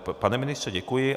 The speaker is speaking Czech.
Tak, pane ministře, děkuji.